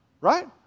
Right